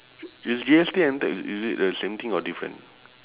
is G_S_T entered i~ is it the same thing or different